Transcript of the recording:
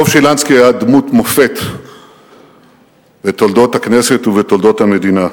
דב שילנסקי היה דמות מופת בתולדות הכנסת ובתולדות המדינה.